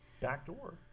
backdoor